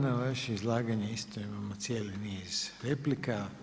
Na vaše izlaganje isto imamo cijeli niz replika.